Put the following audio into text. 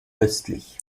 östlich